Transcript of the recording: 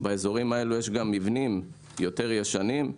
באיזורים האלה יש גם מבנים יותר ישנים,